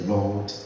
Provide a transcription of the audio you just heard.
Lord